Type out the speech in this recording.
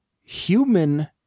human